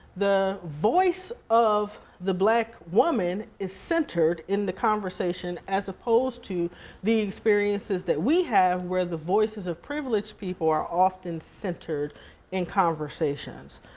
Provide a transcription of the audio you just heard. the voice of the black woman is centered in the conversation as opposed to the experiences that we have where the voices of privileged people are often centered in conversations.